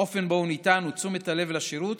האופן שבו הוא ניתן ותשומת הלב לשירות